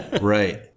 Right